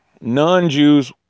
non-Jews